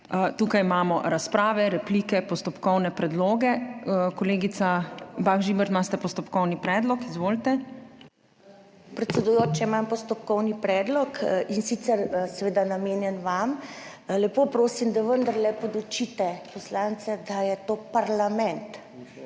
tukaj imamo razprave, replike, postopkovne predloge. Kolegica Bah Žibert, imate postopkovni predlog. Izvolite. **ANJA BAH ŽIBERT (PS SDS):** Predsedujoča, imam postopkovni predlog, in sicer seveda namenjen vam. Lepo prosim, da vendarle podučite poslance, da je to parlament.